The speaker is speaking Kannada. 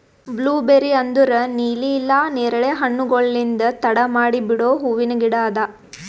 ಬ್ಲೂಬೇರಿ ಅಂದುರ್ ನೀಲಿ ಇಲ್ಲಾ ನೇರಳೆ ಹಣ್ಣುಗೊಳ್ಲಿಂದ್ ತಡ ಮಾಡಿ ಬಿಡೋ ಹೂವಿನ ಗಿಡ ಅದಾ